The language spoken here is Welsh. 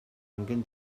angen